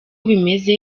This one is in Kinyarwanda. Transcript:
bimeze